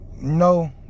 No